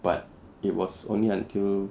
but it was only until